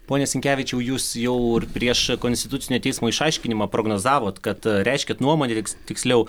pone sinkevičiau jūs jau ir prieš konstitucinio teismo išaiškinimą prognozavot kad reiškėt nuomonę tik tiksliau